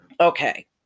Okay